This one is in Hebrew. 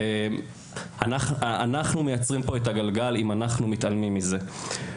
אנחנו מייצרים את הגלגל אם אנחנו מתעלמים מזה.